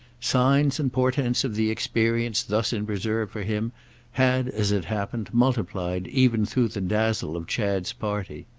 signs and portents of the experience thus in reserve for him had as it happened, multiplied even through the dazzle of chad's party.